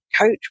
coach